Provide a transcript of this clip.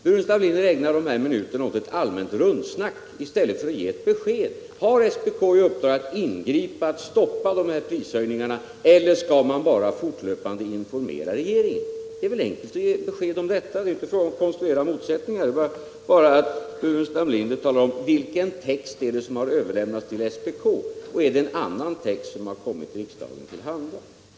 Burenstam Linder ägnar de här minuterna åt ett allmänt rundsnack i stället för att ge ett besked: Har SPK i uppdrag att ingripa och stoppa de här prishöjningarna, eller skall nämnden bara fortlöpande informera regeringen? Det är väl enkelt att ge besked om det. Det är inte fråga om att konstruera motsättningar, utan bara att Burenstam Linder talar om: Vilken text är det som har överlämnats till SPK och är det en annan text som har kommit riksdagen till handa?